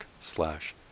slash